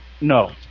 no